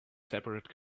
separate